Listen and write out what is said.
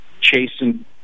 chasing